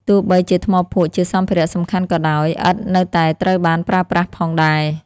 ទោះបីជាថ្មភក់ជាសម្ភារៈសំខាន់ក៏ដោយ ឥដ្ឋ នៅតែត្រូវបានប្រើប្រាស់ផងដែរ។